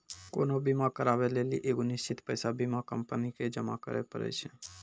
कोनो बीमा कराबै लेली एगो निश्चित पैसा बीमा कंपनी के जमा करै पड़ै छै